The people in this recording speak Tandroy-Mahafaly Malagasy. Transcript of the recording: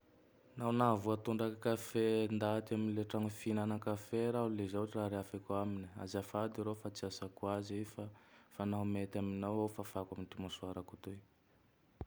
Nao navoatondraky kafe ndaty am le tragno fihinana Kafe raho le zao ra rehafiko aminy: " Azafady roa fa tsy asako aze i fa fa nao mety aminao ao fafako am ty mosoarako toy!"